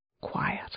quiet